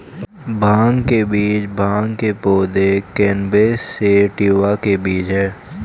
भांग के बीज भांग के पौधे, कैनबिस सैटिवा के बीज हैं